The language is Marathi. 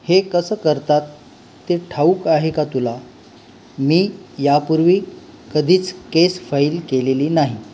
हे कसं करतात ते ठाऊक आहे का तुला मी यापूर्वी कधीच केस फाईल केलेली नाही